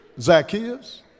Zacchaeus